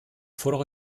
fordere